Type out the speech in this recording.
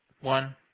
One